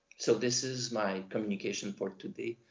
so this is my communication for today.